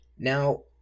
Now